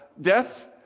death